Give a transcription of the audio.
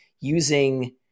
using